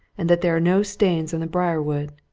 and that there are no stains on the briar-wood.